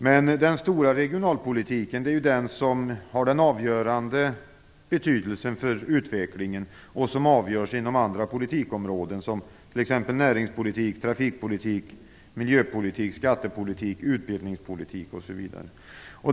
Men den stora regionalpolitiken är ju den som har den avgörande betydelsen för utvecklingen och som avgörs inom andra politikområden som t.ex. näringspolitik, trafikpolitik, miljöpolitik, skattepolitik, utbildningspolitik osv.